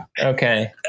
Okay